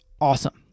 awesome